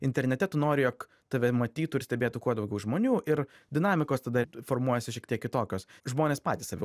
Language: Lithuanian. internete tu nori jog tave matytų ir stebėtų kuo daugiau žmonių ir dinamikos tada formuojasi šiek tiek kitokios žmonės patys save